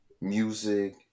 music